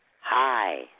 Hi